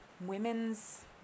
women's